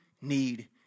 need